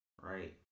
right